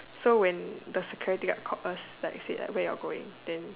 so when the security guard called us like say where you all going then